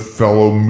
fellow